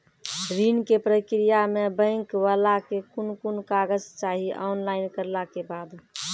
ऋण के प्रक्रिया मे बैंक वाला के कुन कुन कागज चाही, ऑनलाइन करला के बाद?